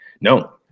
no